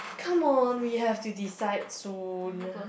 come on we have to decide soon